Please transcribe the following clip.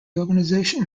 organisation